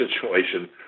situation